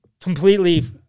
completely